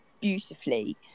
beautifully